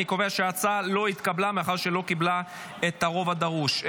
אני קובע שההצעה לא התקבלה מאחר שלא קיבלה את הרוב הדרוש.